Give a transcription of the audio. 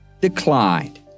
declined